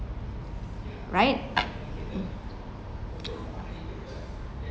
right